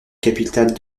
capitale